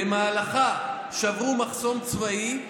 שבמהלכה שברו מחסום צבאי,